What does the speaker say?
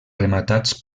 rematats